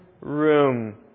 room